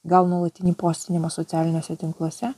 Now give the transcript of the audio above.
gal nuolatinį postinimą socialiniuose tinkluose